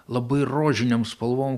labai rožinėm spalvom